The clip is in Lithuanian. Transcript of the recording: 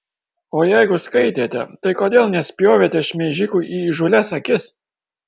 o jeigu skaitėte tai kodėl nespjovėte šmeižikui į įžūlias akis